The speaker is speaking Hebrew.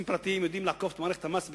פרטיים יודעים לעקוף את מערכת המס בקלות,